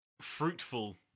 fruitful